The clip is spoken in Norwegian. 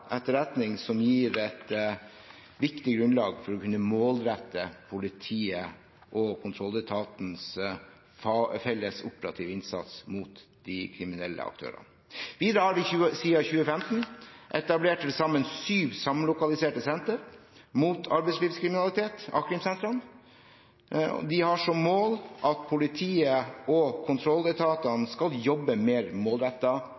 å kunne målrette politiets og kontrolletatenes felles operative innsats mot de kriminelle aktørene. Videre har vi siden 2015 etablert til sammen syv samlokaliserte senter mot arbeidslivskriminalitet, a-krimsentrene. De har som mål at politiet og kontrolletatene